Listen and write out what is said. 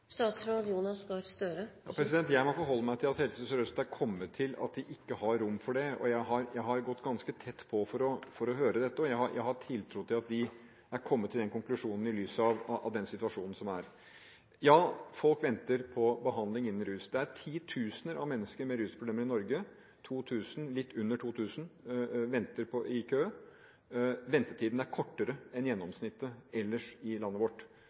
Jeg må forholde meg til at Helse Sør-Øst har kommet til at de ikke har rom for det. Jeg har gått ganske tett på for å høre dette, og jeg har tiltro til at de er kommet til den konklusjonen i lys av den situasjonen som er. Ja, folk venter på behandling innen rus. Det er titusener av mennesker med rusproblemer i Norge. Litt under 2 000 venter i kø. Ventetiden er kortere enn gjennomsnittet ellers i landet vårt.